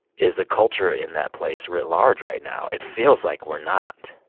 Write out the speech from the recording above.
is a culture in that place writ large right now? it feels like we're not